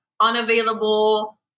unavailable